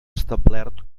establert